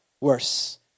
worse